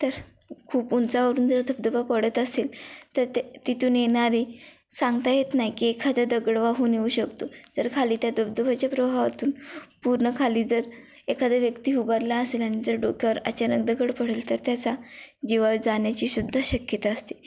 तर खूप उंचावरून जर धबधबा पडत असेल तर ते तिथून येणारी सांगता येत नाही की एखाद्या दगड वाहून येऊ शकतो तर खाली त्या धबधबाच्या प्रवाहातून पूर्ण खाली जर एखाद्या व्यक्ती उभा राहिला असेल आणि जर डोक्यावर अचानक दगड पडेल तर त्याचा जीव जाण्याची सुद्धा शक्यता असते